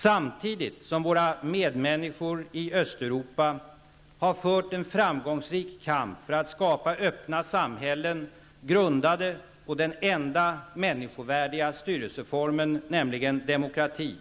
Samtidigt som våra medmänniskor i Östeuropa har fört en framgångsrik kamp för att skapa öppna samhällen grundade på den enda människovärdiga styrelseformen, nämligen demokratin,